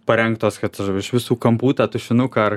parengtos kad iš visų kampų tą tušinuką ar